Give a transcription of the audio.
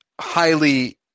highly